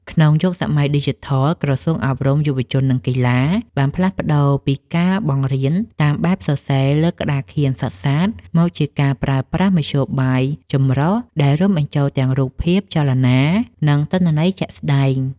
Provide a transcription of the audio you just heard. ក្នុងយុគសម័យឌីជីថល ក្រសួងអប់រំ យុវជន និងកីឡា បានផ្លាស់ប្តូរពីការបង្រៀនតាមបែបសរសេរលើក្ដារខៀនសុទ្ធសាធ មកជាការប្រើប្រាស់មធ្យោបាយចម្រុះ ដែលរួមបញ្ចូលទាំងរូបភាព ចលនា និងទិន្នន័យជាក់ស្ដែង។